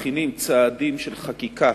מכינים צעדים של חקיקה